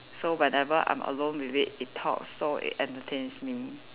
so whenever I'm alone with it it talks so it entertains me